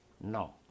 no